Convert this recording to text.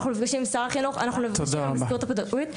אנחנו נפגשים עם שר החינוך ואנחנו נפגשים עם המזכירות הפדגוגית.